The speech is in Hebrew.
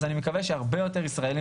אז אני מקווה שהצורך של הרבה יותר ישראלים